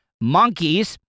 Monkeys